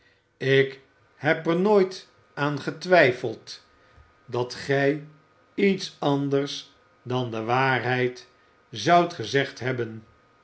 ik heb er nooit aan getwijfeld dat gij iets anders dan de waarheid zoudt gezegd hebben